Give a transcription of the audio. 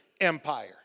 Empire